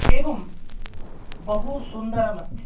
एवं बहुसुन्दरम् अस्ति